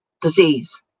disease